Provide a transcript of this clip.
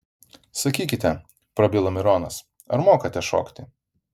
sakykite prabilo mironas ar mokate šokti